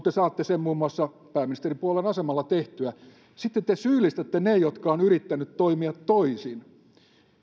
te saatte sen muun muassa pääministeripuolueen asemalla tehtyä ja sitten te syyllistätte ne jotka ovat yrittäneet toimia toisin